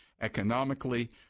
economically